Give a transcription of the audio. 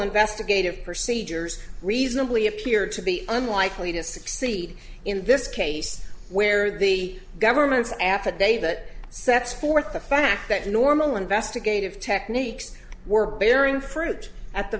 investigative procedures reasonably appear to be unlikely to succeed in this case where the government's affidavit sets forth the fact that normal investigative techniques were bearing fruit at the